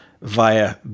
via